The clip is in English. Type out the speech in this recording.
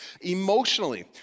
emotionally